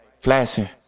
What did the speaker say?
flashing